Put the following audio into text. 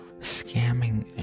scamming